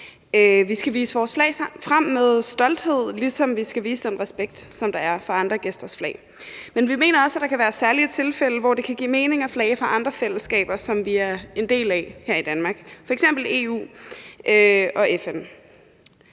Vi skal vise vores flag frem med stolthed, ligesom vi skal vise respekt for vores gæsters flag. Men vi mener også, at der kan være særlige tilfælde, hvor det kan give mening at flage for andre fællesskaber, som vi er en del af her i Danmark, f.eks. EU og FN.